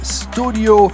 studio